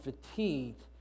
fatigued